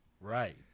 Right